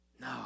No